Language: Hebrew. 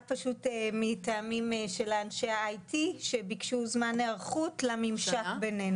רק מטעמים של אנשי ה-IT שביקשו זמן להיערכות לממשק בינינו.